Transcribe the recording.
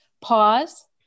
pause